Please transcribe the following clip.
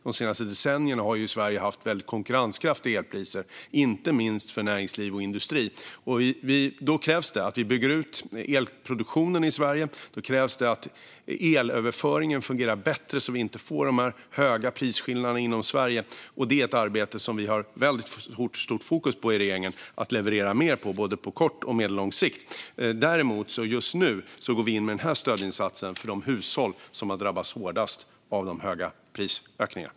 De senaste decennierna har Sverige haft konkurrenskraftiga elpriser, inte minst för näringsliv och industri. Då krävs att vi bygger ut elproduktionen i Sverige, och då krävs att elöverföringen fungerar bättre så att det inte blir de höga prisskillnaderna inom Sverige. Regeringen har stort fokus på detta för både kort och medellång sikt. Just nu går regeringen in med denna stödinsats för de hushåll som har drabbats hårdast av de höga prisökningarna.